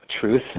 truth